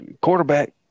quarterback